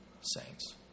saints